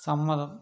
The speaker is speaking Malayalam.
സമ്മതം